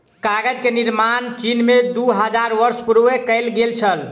कागज के निर्माण चीन में दू हजार वर्ष पूर्व कएल गेल छल